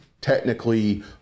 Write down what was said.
technically